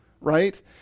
right